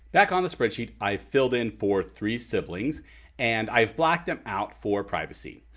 back on the spreadsheet i filled in for three siblings and i've blacked them out for privacy.